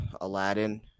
Aladdin